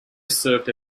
served